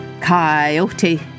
Coyote